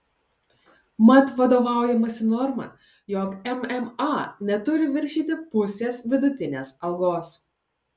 mat vadovaujamasi norma jog mma neturi viršyti pusės vidutinės algos